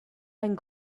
and